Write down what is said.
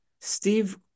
Steve